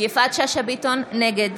נגד